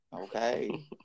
Okay